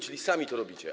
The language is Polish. Czyli sami to robicie.